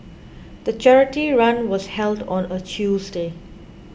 the charity run was held on a Tuesday